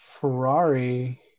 Ferrari